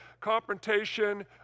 confrontation